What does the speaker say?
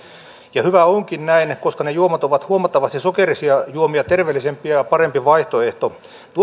ja hyvä onkin näin koska ne juomat ovat huomattavasti sokerisia juomia terveellisempi ja parempi vaihtoehto tuen